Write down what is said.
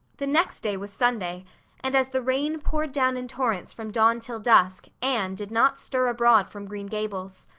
the next day was sunday and as the rain poured down in torrents from dawn till dusk anne did not stir abroad from green gables.